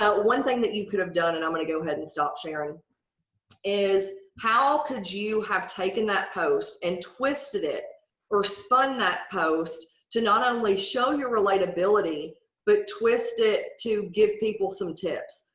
one thing that you could have done and i'm going to go ahead and stop sharing is how could you have taken that post and twisted it or spun that post to not only show your relatability but twist it to give people some tips.